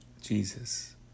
Jesus